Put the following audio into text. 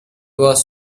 was